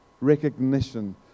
recognition